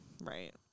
Right